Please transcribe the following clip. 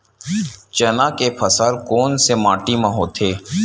चना के फसल कोन से माटी मा होथे?